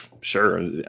sure